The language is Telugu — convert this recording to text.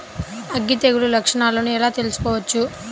అగ్గి తెగులు లక్షణాలను ఎలా తెలుసుకోవచ్చు?